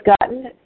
gotten